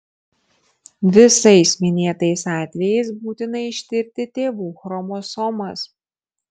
visais minėtais atvejais būtina ištirti tėvų chromosomas